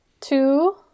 Two